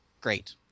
great